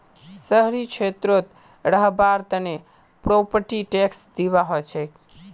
शहरी क्षेत्रत रहबार तने प्रॉपर्टी टैक्स दिबा हछेक